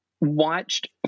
watched